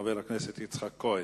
חבר הכנסת יצחק כהן.